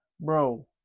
bro